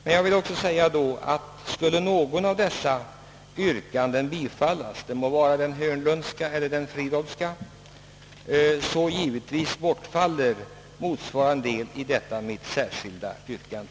Skulle fru Hörnlunds eller herr Fridolfssons yrkanden bifallas, bortfaller givetvis motsvarande del i mitt särskilda yrkande.